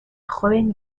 joven